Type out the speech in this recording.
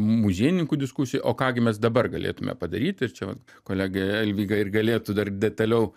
muziejininkų diskusijai o ką gi mes dabar galėtume padaryti ir čia vat kolegė alvyga ir galėtų dar detaliau